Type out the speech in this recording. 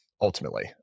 ultimately